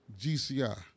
GCI